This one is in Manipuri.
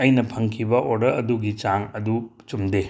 ꯑꯩꯅ ꯐꯪꯈꯤꯕ ꯑꯣꯔꯗꯔ ꯑꯗꯨꯒꯤ ꯆꯥꯡ ꯑꯗꯨ ꯆꯨꯝꯗꯦ